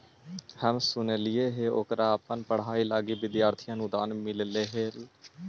हम सुनलिइ हे ओकरा अपन पढ़ाई लागी विद्यार्थी अनुदान मिल्लई हल